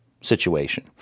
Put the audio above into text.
situation